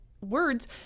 words